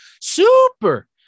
Super